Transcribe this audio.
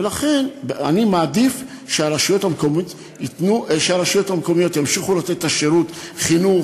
ולכן אני מעדיף שהרשויות המקומיות ימשיכו לתת את שירותי החינוך,